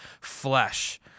flesh